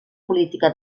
política